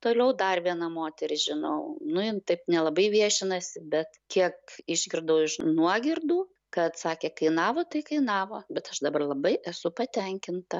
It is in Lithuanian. toliau dar viena moteris žinau nu jin taip nelabai viešinasi bet kiek išgirdau iš nuogirdų kad sakė kainavo tai kainavo bet aš dabar labai esu patenkinta